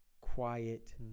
quiet